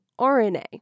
RNA